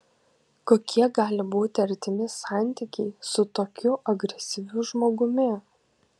kokie gali būti artimi santykiai su tokiu agresyviu žmogumi